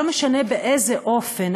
לא משנה באיזה אופן,